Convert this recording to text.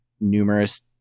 numerous